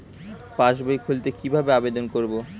পাসবই খুলতে কি ভাবে আবেদন করব?